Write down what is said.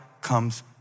comes